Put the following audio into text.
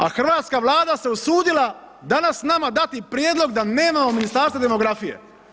A hrvatska Vlada se usudila danas nama dati prijedlog da nemamo Ministarstva demografije.